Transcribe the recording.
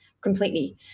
completely